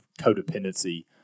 codependency